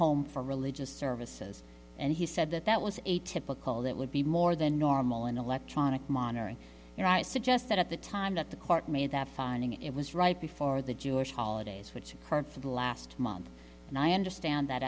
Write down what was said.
home for religious services and he said that that was a typical that would be more than normal in electronic monitoring right suggest that at the time that the court made that finding it was right before the jewish holidays which occurred for the last month and i understand that